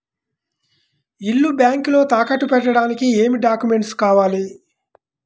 ఇల్లు బ్యాంకులో తాకట్టు పెట్టడానికి ఏమి డాక్యూమెంట్స్ కావాలి?